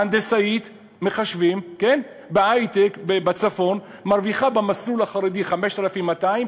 הנדסאית מחשבים בחברת היי-טק בצפון מרוויחה במסלול החרדי 5,200,